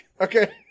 Okay